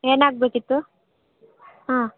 ಏನಾಗಬೇಕಿತ್ತು ಹಾಂ